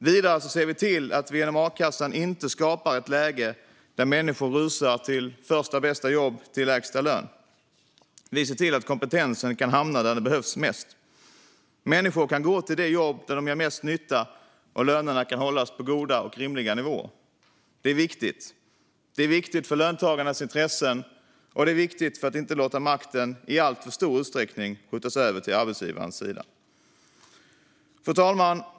Vidare ser vi till att vi genom a-kassan inte skapar ett läge där människor rusar till första bästa jobb till lägsta lön. Vi ser till att kompetensen kan hamna där den behövs mest. Människor kan gå till det jobb där de gör mest nytta, och lönerna kan hållas på goda och rimliga nivåer. Det är viktigt. Det är viktigt för löntagarnas intressen, och det är viktigt för att inte låta makten i alltför stor utsträckning skjutas över till arbetsgivarnas sida. Fru talman!